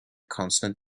consonant